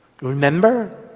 remember